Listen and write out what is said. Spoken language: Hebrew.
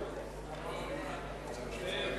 אדוני